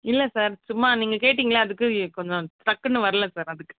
இல்லை சார் சும்மா நீங்கள் கேட்டீங்களா அதுக்கு கொஞ்சம் டக்குனு வரல சார் அதுக்கு